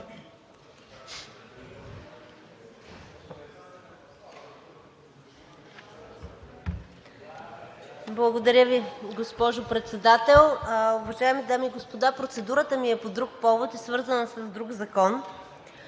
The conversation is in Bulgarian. Благодаря Ви, госпожо Председател. Уважаеми дами и господа, процедурата ми е по друг повод и свързана с друг закон.